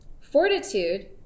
Fortitude